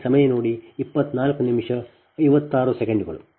Similarly I13V1f V3fZ130